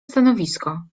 stanowisko